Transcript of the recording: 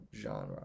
genre